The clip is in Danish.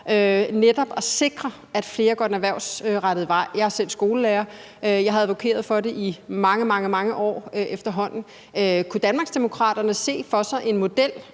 netop at sikre, at flere går en erhvervsrettet vej. Jeg er selv skolelærer, og jeg har advokeret for det i efterhånden mange, mange år. Kunne Danmarksdemokraterne se en model